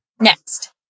Next